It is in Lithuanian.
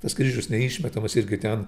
tas kryžius neišmetamas irgi ten